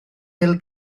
bêl